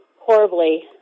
horribly